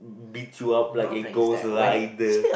be to up like a ghost lighter